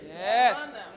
Yes